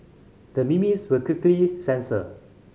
the memes were quickly censored